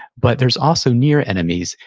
but there's also near enemies,